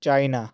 China